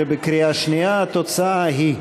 95 ל-2018, בקריאה שנייה, התוצאה היא: